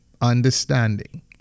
understanding